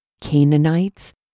Canaanites